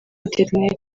internet